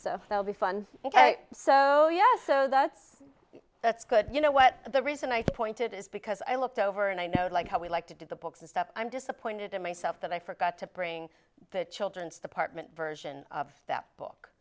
so they'll be fun ok so yes so that's that's good you know what the reason i point it is because i looked over and i know like how we like to do the books and stuff i'm disappointed in myself that i forgot to bring the children's department version of that book